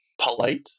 polite